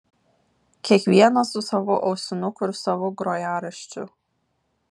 kiekvienas su savu ausinuku ir savu grojaraščiu